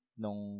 ng